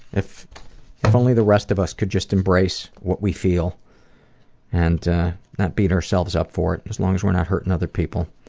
if if only the rest of us could just embrace what we feel and not beat ourselves up for it, as long as we're not hurting other people.